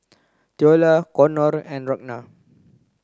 Theola Konnor and Ragna